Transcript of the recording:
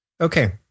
Okay